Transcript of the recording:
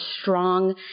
strong